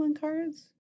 cards